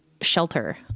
shelter